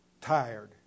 Tired